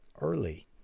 early